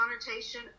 connotation